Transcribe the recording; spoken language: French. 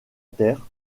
terre